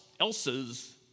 else's